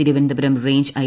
Thiruvananthapuram range I